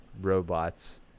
robots